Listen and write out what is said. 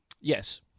Yes